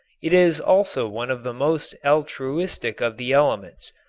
it is also one of the most altruistic of the elements.